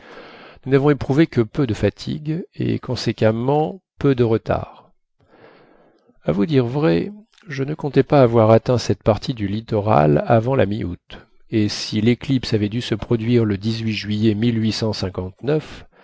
nous n'avons éprouvé que peu de fatigues et conséquemment peu de retards à vous dire vrai je ne comptais pas avoir atteint cette partie du littoral avant la mi août et si l'éclipse avait dû se produire le juillet